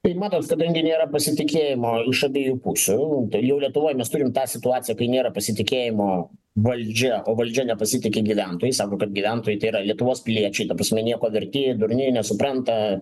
tai matot kadangi nėra pasitikėjimo iš abiejų pusių tai jau lietuvoj mes turim tą situaciją kai nėra pasitikėjimo valdžia o valdžia nepasitiki gyventojais sako kad gyventojai tai yra lietuvos piliečiai ta prasme nieko verti durni nesupranta